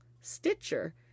Stitcher